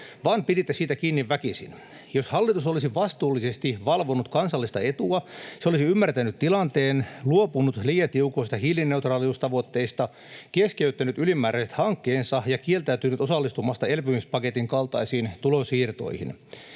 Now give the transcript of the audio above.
vaan piditte siitä kiinni väkisin. Jos hallitus olisi vastuullisesti valvonut kansallista etua, se olisi ymmärtänyt tilanteen, luopunut liian tiukoista hiilineutraaliustavoitteista, keskeyttänyt ylimääräiset hankkeensa ja kieltäytynyt osallistumasta elpymispaketin kaltaisiin tulonsiirtoihin.